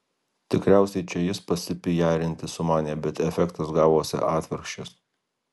tikriausiai čia jis pasipijarinti sumanė bet efektas gavosi atvirkščias